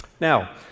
Now